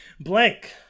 Blank